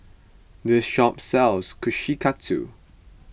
this shop sells Kushikatsu